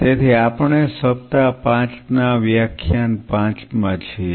તેથી આપણે સપ્તાહ 5 ના વ્યાખ્યાન 5 માં છીએ